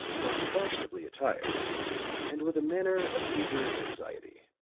most fashionably attired and with a manner of eager anxiety.